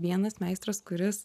vienas meistras kuris